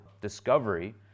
discovery